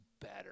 better